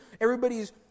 everybody's